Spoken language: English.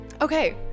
Okay